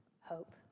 hope